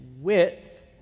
width